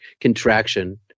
contraction